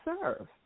serve